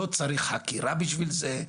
לא צריך חקירה בשביל זה,